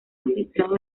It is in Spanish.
magistrado